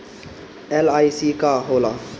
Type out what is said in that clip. LIC का होला?